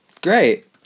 great